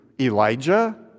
Elijah